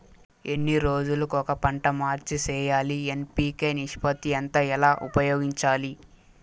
ఎన్ని రోజులు కొక పంట మార్చి సేయాలి ఎన్.పి.కె నిష్పత్తి ఎంత ఎలా ఉపయోగించాలి?